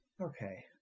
Okay